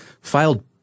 filed